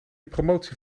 promotie